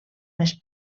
més